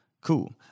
Cool